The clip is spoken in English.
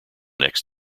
next